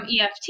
EFT